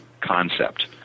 concept